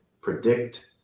predict